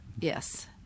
Yes